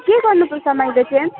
के गर्नुपर्छ मैले चाहिँ